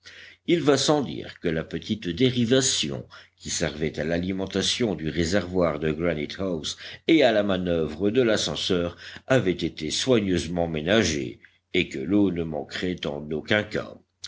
il va sans dire que la petite dérivation qui servait à l'alimentation du réservoir de granite house et à la manoeuvre de l'ascenseur avait été soigneusement ménagée et que l'eau ne manquerait en aucun cas